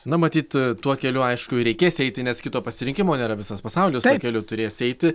na matyt tuo keliu aišku ir reikės eiti nes kito pasirinkimo nėra visas pasaulis keliu turės eiti